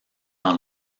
dans